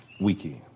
weekend